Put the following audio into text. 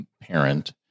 parent